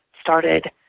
started